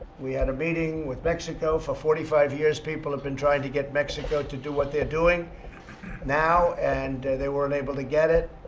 we had a meeting with mexico. for forty five years, people have been trying to get mexico to do what they're doing now, and they weren't able to get it.